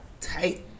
tight